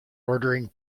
ordering